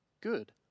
good